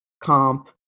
Comp